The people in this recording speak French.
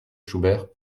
schubert